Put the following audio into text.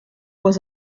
was